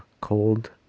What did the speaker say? cold